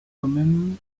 thummim